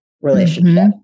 relationship